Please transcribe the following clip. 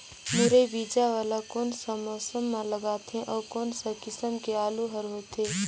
मुरई बीजा वाला कोन सा मौसम म लगथे अउ कोन सा किसम के आलू हर होथे?